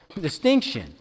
distinction